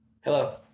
Hello